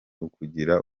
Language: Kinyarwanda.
ukugira